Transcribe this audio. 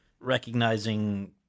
recognizing